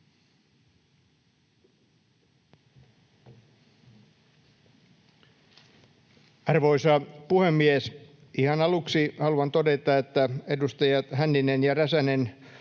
Arvoisa puhemies! Ihan aluksi haluan todeta, että edustajat Hänninen ja Räsänen